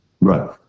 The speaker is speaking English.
Right